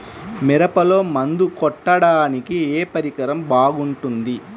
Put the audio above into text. మిరపలో మందు కొట్టాడానికి ఏ పరికరం బాగుంటుంది?